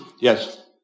Yes